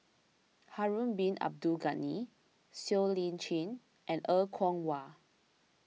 Harun Bin Abdul Ghani Siow Lee Chin and Er Kwong Wah